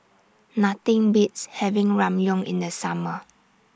Nothing Beats having Ramyeon in The Summer